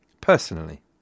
personally